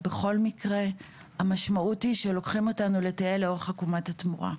בכל מקרה המשמעות היא שלוקחים אותנו לטייל לאורך עקומת התמורה.